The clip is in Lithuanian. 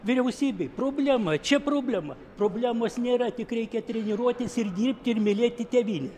vyriausybėj problema čia problema problemos nėra tik reikia treniruotis ir dirbti ir mylėti tėvynę